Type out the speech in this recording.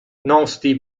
nasty